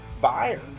buyer